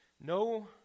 No